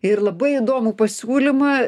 ir labai įdomų pasiūlymą